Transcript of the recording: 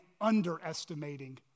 underestimating